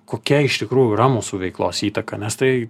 kokia iš tikrųjų yra mūsų veiklos įtaka nes tai